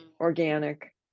organic